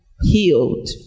healed